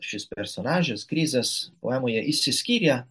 šis personažas krizas poemoje išsiskiria